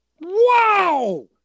Wow